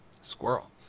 Squirrel